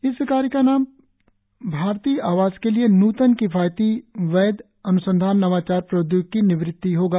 इस कोर्स का नाम भारतीय आवास के लिए नूतन किफायती वैध अन्संधान नवाचार प्रौद्योगिकी निवृत्ति होगा